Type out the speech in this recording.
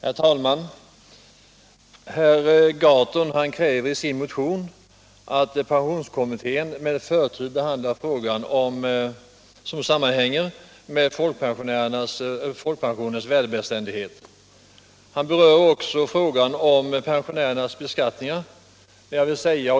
Herr talman! Herr Gahrton kräver i sin motion att pensionskommittén med förtur behandlar frågor som sammanhänger med folkpensionernas värdebeständighet. Han berör också frågan om pensionärernas beskattningar.